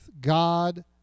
god